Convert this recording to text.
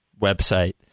website